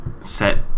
Set